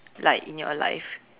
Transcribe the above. like in your life